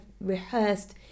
rehearsed